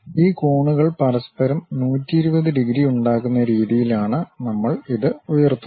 ഈ കോണുകൾ പരസ്പരം 120 ഡിഗ്രി ഉണ്ടാക്കുന്ന രീതിയിലാണ് നമ്മൾ ഇത് ഉയർത്തുന്നത്